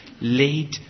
lead